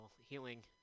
healing